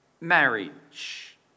marriage